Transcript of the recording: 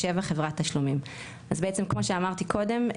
"(7) חברת תשלומים,"; אז בעצם כמו שאמרתי קודם,